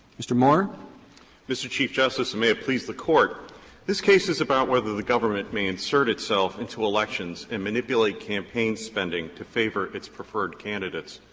mr. maurer. maurer mr. chief justice, and may it please the court this case is about whether the government may insert itself into elections and manipulate campaign spending to favor its preferred candidates.